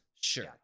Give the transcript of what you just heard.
sure